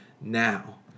now